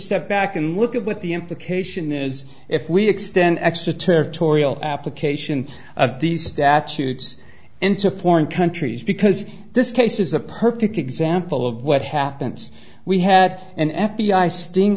step back and look at what the implication is if we extend extraterritorial application of these statutes into foreign countries because this case is a perfect example of what happens we had an f b i sting